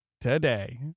today